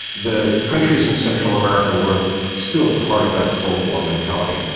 the countries in central america were still part of that cold war mentality.